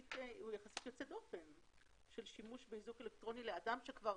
יחסית יוצא דופן של שימוש באיזוק אלקטרוני לאדם שכבר